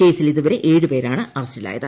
കേസിൽ ഇതുവരെ ഏഴുപേരാണ് അറസ്റ്റിലായത്